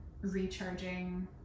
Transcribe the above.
recharging